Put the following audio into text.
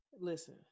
Listen